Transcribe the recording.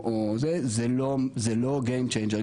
זה לא game changer,